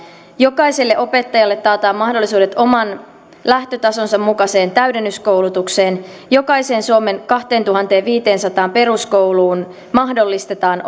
jokaiselle opettajalle taataan mahdollisuudet oman lähtötasonsa mukaiseen täydennyskoulutukseen jokaiseen suomen kahteentuhanteenviiteensataan peruskouluun mahdollistetaan